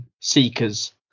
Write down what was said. seekers